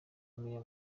meya